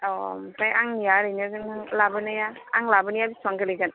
औ ओमफ्राय आंनिया ओरैनो जों लाबोनाया आं लाबोनाया बेसेबां गोलैगोन